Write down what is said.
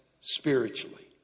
spiritually